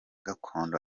gakondo